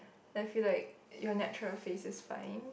I feel like your natural face is fine